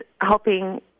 helping